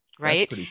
Right